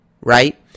right